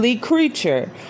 creature